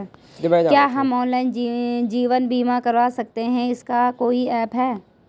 क्या हम ऑनलाइन जीवन बीमा करवा सकते हैं इसका कोई ऐप है?